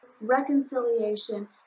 reconciliation